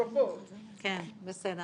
כן, בסדר.